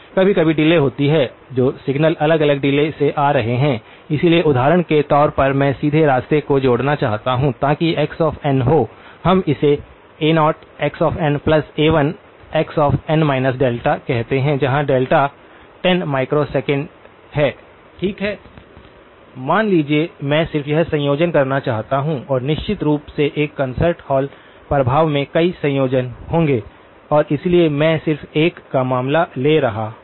कभी कभी डिले होती है जो सिग्नल अलग अलग डिले से आ रहे हैं इसलिए उदाहरण के तौर पर मैं सीधे रास्ते को जोड़ना चाहता हूं ताकि x n हो हम इसे a0xna1xn कहते हैं जहां Δ 10 माइक्रोसेकंड है ठीक है मान लीजिए मैं सिर्फ यह संयोजन करना चाहता हूं और निश्चित रूप से एक कॉन्सर्ट हॉल प्रभाव में कई संयोजन होंगे और इसलिए मैं सिर्फ 1 का मामला ले रहा हूं